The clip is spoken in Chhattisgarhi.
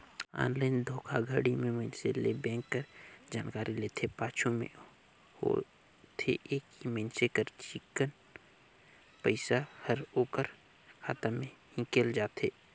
ऑनलाईन धोखाघड़ी में मइनसे ले बेंक कर जानकारी लेथे, पाछू में होथे ए कि मइनसे कर चिक्कन पइसा हर ओकर खाता ले हिंकेल जाथे